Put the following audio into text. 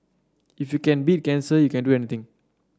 if you can beat cancer you can do anything